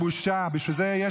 על שאינם אנשים עובדים.